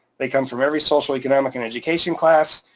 they come from every social, economic and education class,